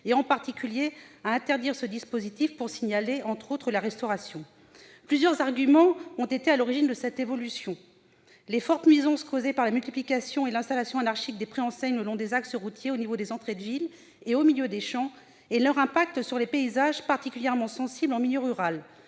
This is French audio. et en particulier à interdire ce dispositif pour signaler, entre autres, les lieux de restauration. Plusieurs arguments ont été à l'origine de cette évolution : les fortes nuisances causées par la multiplication et l'installation anarchique des préenseignes le long des axes routiers, au niveau des entrées de ville et au milieu des champs, et leur impact sur les paysages, particulièrement sensible en milieu rural